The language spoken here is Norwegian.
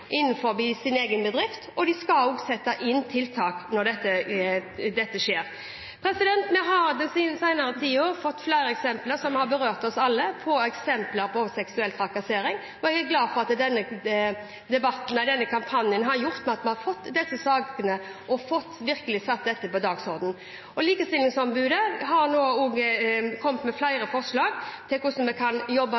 sin egen bedrift, og de skal også sette inn tiltak når dette skjer. Vi har den senere tiden fått flere eksempler på seksuell trakassering, som har berørt oss alle. Jeg er glad for at denne kampanjen har gjort at vi har fått fram disse sakene og virkelig fått satt dette på dagsordenen. Likestillingsombudet har nå også kommet med flere